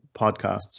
podcasts